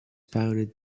founded